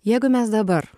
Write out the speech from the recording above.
jeigu mes dabar